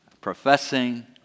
professing